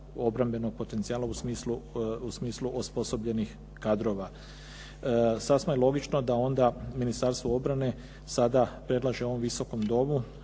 obrambenog potencijala u smislu osposobljenih kadrova. Sasvim je logično da onda Ministarstvo obrane sada predlaže ovom Visokom domu